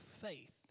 faith